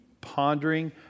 pondering